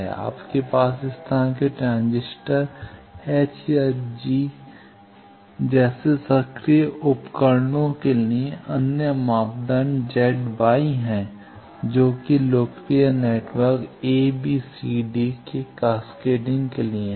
आपके पास इस तरह के ट्रांजिस्टर H या G जैसे सक्रिय उपकरणों के लिए अन्य मापदंड Z Y हैं जो कि लोकप्रिय हैं network a b c d के कैस्केडिंग के लिए हैं